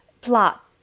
plot